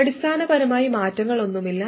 അടിസ്ഥാനപരമായി മാറ്റങ്ങളൊന്നുമില്ല